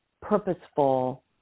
purposeful